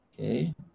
Okay